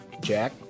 Jack